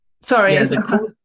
Sorry